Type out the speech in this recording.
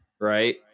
right